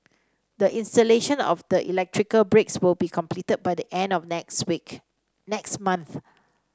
the installation of the electrical breaks will be completed by the end of next week next month